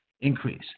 increase